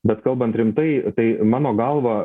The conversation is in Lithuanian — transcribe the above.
bet kalbant rimtai tai mano galva